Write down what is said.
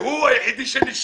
והוא היחידי שנשאר.